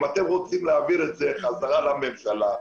אם אתם רוצים להעביר את זה חזרה לממשלה,